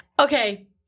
Okay